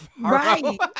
right